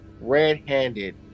red-handed